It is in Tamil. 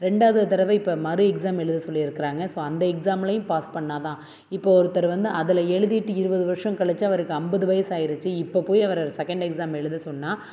ரெண்டாவது தடவை இப்போ மறு எக்ஸாம் எழுத சொல்லியிருக்குறாங்க ஸோ அந்த எக்ஸாமுலேயும் பாஸ் பண்ணால்தான் இப்போது ஒருத்தர் வந்து அதில் எழுதிட்டு இருபது வருடம் கழித்து அவருக்கு ஐம்பது வயது ஆகிருச்சு இப்போ போய் அவரை செகண்ட் எக்ஸாம் எழுத சொன்னால்